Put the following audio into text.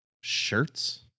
Shirts